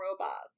robots